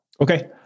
Okay